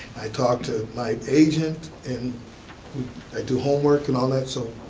i talk to my agent and i do homework and all that so.